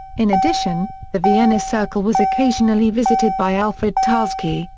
in addition, the vienna circle was occasionally visited by alfred tarski,